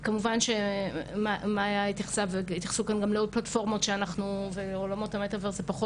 ואנחנו גם עובדים הרבה עם 105. אני חושבת שזה יכול מאוד להקל על פונים,